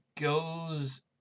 goes